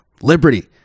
liberty